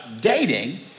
dating